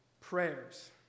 prayers